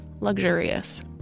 luxurious